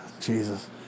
Jesus